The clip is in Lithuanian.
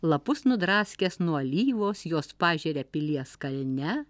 lapus nudraskęs nuo alyvos juos pažeria pilies kalne